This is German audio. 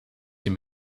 dem